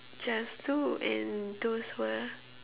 just do and those were